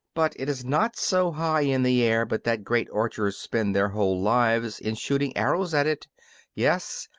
but it is not so high in the air but that great archers spend their whole lives in shooting arrows at it yes,